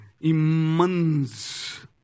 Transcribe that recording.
immense